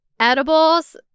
edibles